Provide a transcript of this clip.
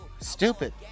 Stupid